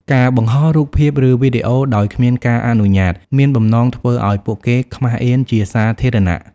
ការបង្ហោះរូបភាព ឬវីដេអូដោយគ្មានការអនុញ្ញាត មានបំណងធ្វើឲ្យពួកគេខ្មាសអៀនជាសាធារណៈ។